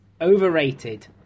overrated